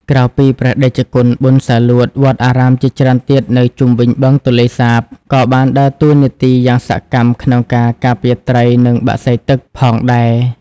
ក្រៅពីព្រះតេជគុណប៊ុន សាលួត វត្តអារាមជាច្រើនទៀតនៅជុំវិញ បឹងទន្លេសាប ក៏បានដើរតួនាទីយ៉ាងសកម្មក្នុងការ ការពារត្រី និងបក្សីទឹក ផងដែរ។